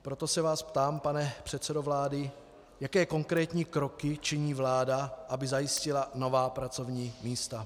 Proto se vás ptám, pane předsedo vlády, jaké konkrétní kroky činí vláda, aby zajistila nová pracovní místa.